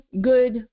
good